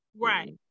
Right